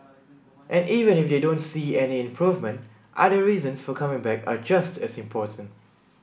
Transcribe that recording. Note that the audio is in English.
and even if they don't see any improvement other reasons for coming back are just as important